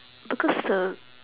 because the